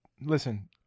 listen